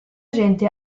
gente